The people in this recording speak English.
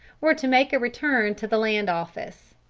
were to make a return to the land office.